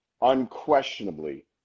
unquestionably